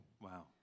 Wow